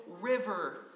river